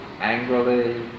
angrily